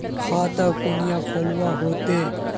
खाता कुनियाँ खोलवा होते?